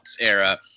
era